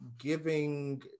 giving